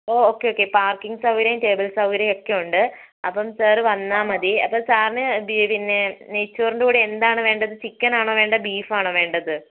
ഓ okay okay parking സൗകര്യം table സൗകാര്യം ഒക്കെ ഉണ്ട് അപ്പം സാർ വന്നാൽ മതി അപ്പോൾ സാറിന് ദി പിന്നെ നെയ് ചോറിൻ്റെ കൂടെ എന്താണ് വേണ്ടത് ചിക്കൻ ആണോ വേണ്ടത് ബീഫ് ആണോ വേണ്ടത്